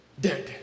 dead